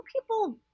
people